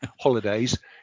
holidays